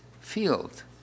field